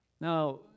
Now